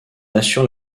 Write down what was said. assure